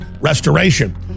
Restoration